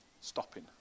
stopping